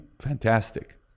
Fantastic